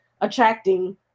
attracting